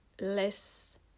less